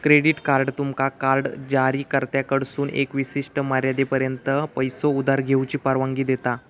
credit card तुमका card जारीकर्त्याकडसून एका विशिष्ट मर्यादेपर्यंत पैसो उधार घेऊची परवानगी देता